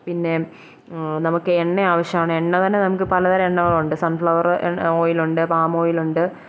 പിന്നെ നമുക്ക് എണ്ണ ആവശ്യമാണ് എണ്ണ തന്നെ നമുക്ക് പലതരം എണ്ണകളുണ്ട് സൺഫ്ലവർ ഓയിലുണ്ട് പാമോയിലുണ്ട്